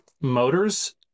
motors